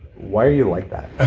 why are you like that?